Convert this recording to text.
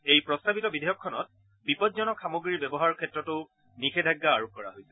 এই প্ৰস্তাৱিত বিধেয়কখনত বিপজ্জনক সামগ্ৰীৰ ব্যৱহাৰৰ ক্ষেত্ৰতো নিষেধাজ্ঞা আৰোপ কৰা হৈছে